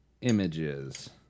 images